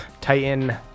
Titan